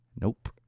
nope